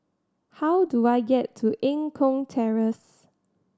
how do I get to Eng Kong Terrace